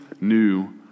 new